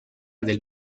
del